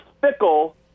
fickle